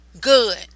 Good